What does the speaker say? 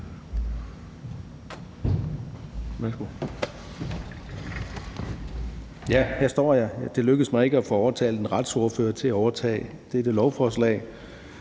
Her står jeg. Det lykkedes mig ikke at få overtalt en retsordfører til at overtage dette lovforslag,